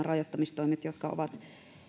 rajoittamistoimet jotka ovat